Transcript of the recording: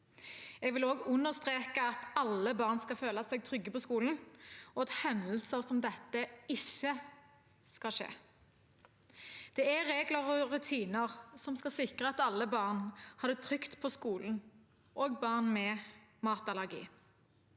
Jeg vil også understreke at alle barn skal føle seg trygge på skolen, og at hendelser som dette ikke skal skje. Det er regler og rutiner som skal sikre at alle barn har det trygt på skolen, også barn med matallergi.